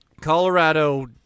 Colorado